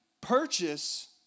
purchase